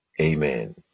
Amen